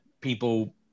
people